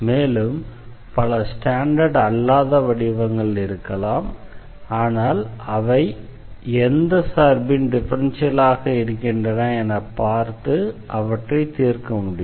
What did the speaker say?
மேலும் பல ஸ்டாண்டர்டு அல்லாத வடிவங்கள் இருக்கலாம் ஆனால் அவை எந்த சார்பின் டிஃபரன்ஷியலாக இருக்கின்றன என பார்த்து அவற்றை தீர்க்க முடியும்